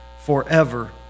forever